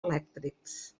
elèctrics